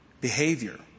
behavior